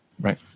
Right